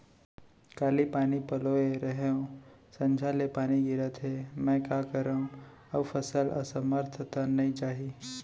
काली पानी पलोय रहेंव, संझा ले पानी गिरत हे, मैं का करंव अऊ फसल असमर्थ त नई जाही?